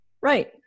Right